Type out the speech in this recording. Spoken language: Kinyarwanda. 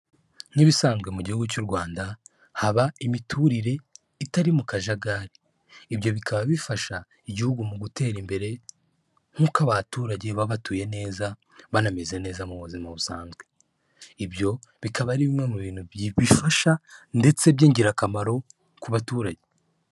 Nk'ibisanzwe mu gihugu cy'u Rwanda haba imiturire itari mu kajagari, ibyo bikaba bifasha igihugu mu gutera imbere nk'uko abaturage baba batuye neza banameze neza mu buzima busanzwe, ibyo bikaba ari bimwe mu bintu bifasha ndetse by'ingirakamaro ku baturage.